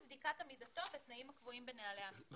לבדיקת עמידתו בתנאים הקבועים בנהלי המשרד.